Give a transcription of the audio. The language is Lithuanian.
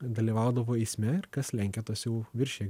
dalyvaudavo eisme ir kas lenkia tas jau viršija